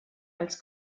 als